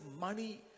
money